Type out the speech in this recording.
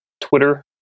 Twitter